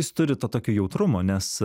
jis turi to tokio jautrumo nes